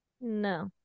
No